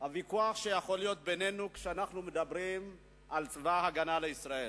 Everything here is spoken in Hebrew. הוויכוח שיכול להיות בינינו כשאנחנו מדברים על צבא-הגנה לישראל.